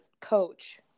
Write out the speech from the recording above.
coach